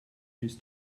used